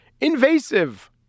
Invasive